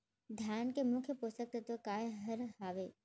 धान के मुख्य पोसक तत्व काय हर हावे?